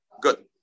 good